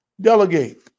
Delegate